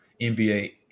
NBA